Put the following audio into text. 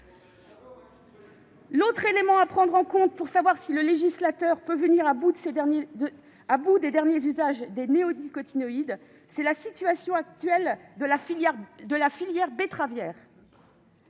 L'autre élément à prendre en compte pour savoir si le législateur peut venir à bout des derniers usages des néonicotinoïdes, c'est la situation actuelle de la filière betteravière.